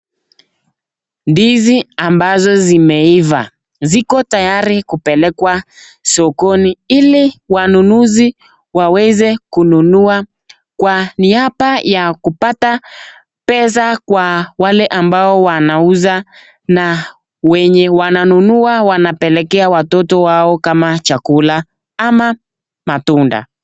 Ndizi ambazo zimeiva ziko tayari kupelekwa sokoni ili wanunuzi waweze kununua kwa niaba ya kupata pesa kwa wale ambao wanauza na wenye wananunua wanapelekea watoto wao kama chakula ama matunda.